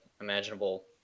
imaginable